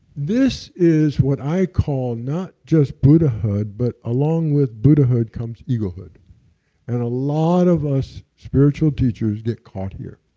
this is what i call not just buddha-hood, but along with buddha-hood comes ego-hood and a lot of us spiritual teachers get caught here.